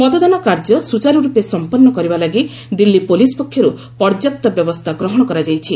ମତଦାନ କାର୍ଯ୍ୟ ସ୍ୱଚାରୁ ରୂପେ ସଂପନୁ କରିବା ଲାଗି ଦିଲ୍ଲୀ ପୋଲିସ୍ ପକ୍ଷରୁ ପର୍ଯ୍ୟାପ୍ତ ବ୍ୟବସ୍ଥା ଗ୍ରହଣ କରାଯାଇଛି